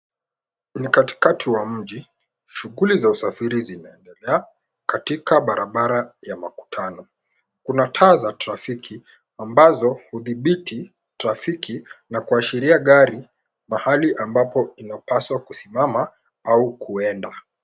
Ni katikati wa mji. Shughuli za usafiri zinaendelea katika barabara ya makutano. Kuna taa za trafiki ambazo hudhibiti trafiki na kuashiria gari mahali ambapo inapaswa kusimama au kuenda.